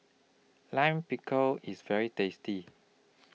Lime Pickle IS very tasty